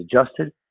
adjusted